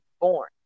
born